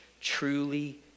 truly